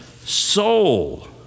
soul